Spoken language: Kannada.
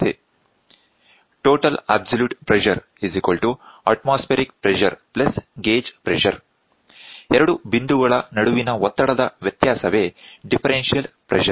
Total absolute pressure Atmospheric pressure Gauge Pressure total absolute pressure atmospheric pressure gauge pressure ಎರಡು ಬಿಂದುಗಳ ನಡುವಿನ ಒತ್ತಡದ ವ್ಯತ್ಯಾಸವೇ ಡಿಫರೆನ್ಷಿಯಲ್ ಪ್ರೆಶರ್